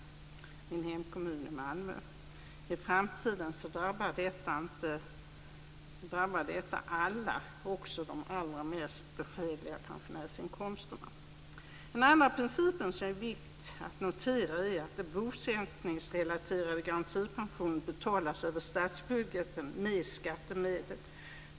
Min hemkommun är Malmö. I framtiden drabbar detta alla, också de allra mest beskedliga pensionärsinkomsterna. Den andra principen som är viktig att notera är att den bosättningsrelaterade garantipensionen betalas över statsbudgeten med skattemedel.